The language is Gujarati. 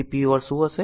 તેથી p or શું હશે